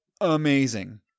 amazing